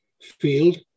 field